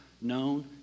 known